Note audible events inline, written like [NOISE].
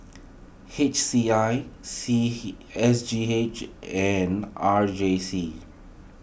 H C I C [UNINTELLIGIBLE] S G H and R J C